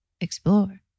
explore